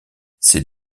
ces